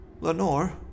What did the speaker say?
Lenore